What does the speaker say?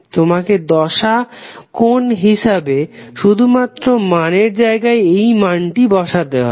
তোমাকে দশা কোণ হিসাবে শুধুমাত্র মানের জায়গায় এই মানটি বসাতে হবে